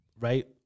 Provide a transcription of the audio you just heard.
Right